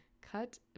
cut